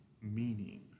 meaning